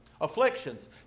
Afflictions